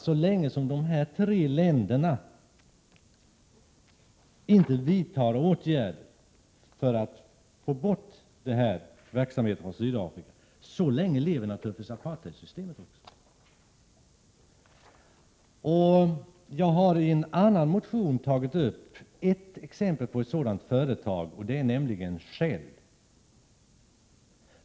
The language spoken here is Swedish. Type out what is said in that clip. Så länge dessa tre länder inte vidtar åtgärder för att få bort verksamheten från Sydafrika, lever naturligtvis apartheidsystemet. Jag har i en annan motion tagit upp ett exempel på ett företag som har verksamhet i Sydafrika, nämligen Shell.